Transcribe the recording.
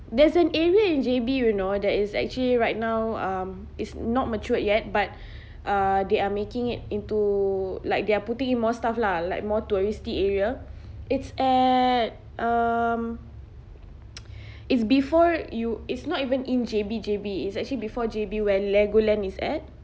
there's an area in J_B you know that is actually right now um is not matured yet but uh they are making it into like they're putting in more stuff lah like more touristy area it's at um it's before you it's not even in J_B J_B is actually before J_B where legoland is at